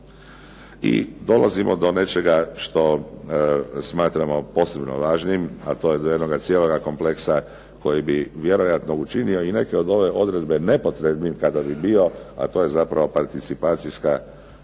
I dolazimo do nečega što smatramo posebno važnim, a to je do jednog cijelog kompleksa koji bi vjerojatno učinio i neke od ove odredbe nepotrebnim kada bi bio, a to je zapravo participacijska prava,